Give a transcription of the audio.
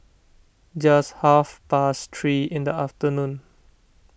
just half past three in the afternoon